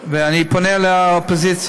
ואני פונה לאופוזיציה,